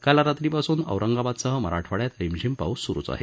काल रात्रीपासून औरंगाबादसह मराठवाङ्यात रिमझिम पाऊस स्रूच आहे